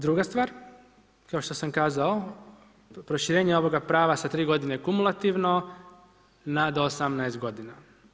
Druga stvar kao što sam kazao proširenje ovoga prava sa tri godine kumulativno na do 18 godina.